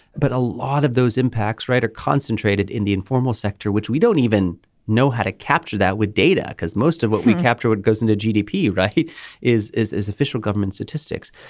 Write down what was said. but a lot of those impacts right are concentrated in the informal sector which we don't even know how to capture that with data because most of what we capture what goes into gdp right is is official government statistics.